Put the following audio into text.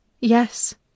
Yes